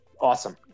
Awesome